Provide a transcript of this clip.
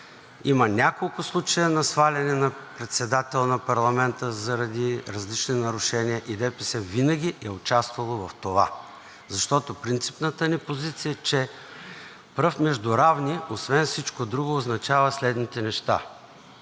Има няколко случая на сваляне на председател на парламента заради различни нарушения и ДПС винаги е участвало в това, защото принципната ни позиция е, че пръв между равни, освен всичко друго, означава следните неща: